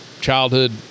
childhood